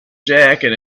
jacket